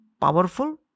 powerful